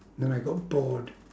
then I got bored